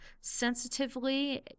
sensitively